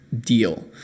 deal